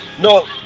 No